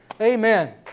Amen